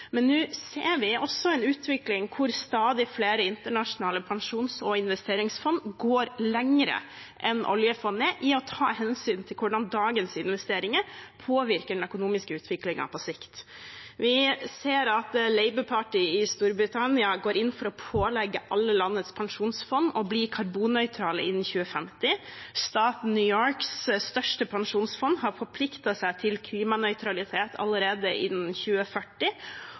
Men nå ser vi også en utvikling hvor stadig flere internasjonale pensjons- og investeringsfond går lenger enn oljefondet i å ta hensyn til hvordan dagens investeringer påvirker den økonomiske utviklingen på sikt. Vi ser at Labour Party i Storbritannia går inn for å pålegge alle landets pensjonsfond å bli karbonnøytrale innen 2050, staten New Yorks største pensjonsfond har forpliktet seg til klimanøytralitet allerede innen 2040,